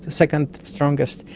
second strongest.